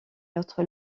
notre